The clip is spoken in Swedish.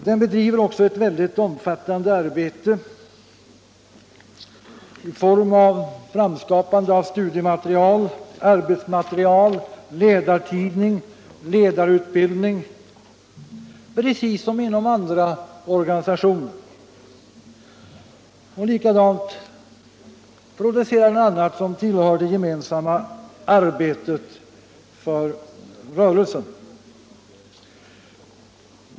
Den bedriver också ett omfattande arbete i form av framtagande av studiematerial och arbetsmaterial, utövning av ledartidning och genom ledarutbildning, precis som inom andra organisationer. Likaså producerar den annat som tillhör det gemensamma arbetet för rörelsen.